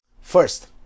First